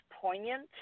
poignant